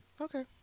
Okay